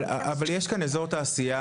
אבל יש כאן אזור תעשייה.